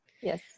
Yes